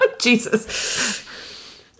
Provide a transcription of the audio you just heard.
Jesus